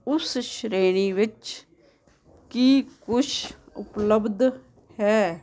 ਉਸ ਸ਼੍ਰੇਣੀ ਵਿੱਚ ਕੀ ਕੁਛ ਉਪਲੱਬਧ ਹੈ